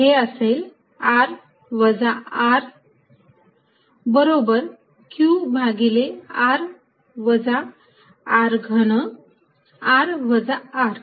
हे असेल r वजा R बरोबर q भागिले r वजा R घन r वजा R